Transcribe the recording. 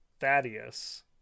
Thaddeus